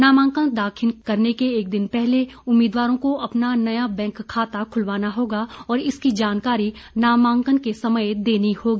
नामांकन दाखिल करने के एक दिन पहले उम्मीदवारों को अपना नया बैंक खाता खुलवाना होगा और इसकी जानकारी नामांकन के समय देनी होगी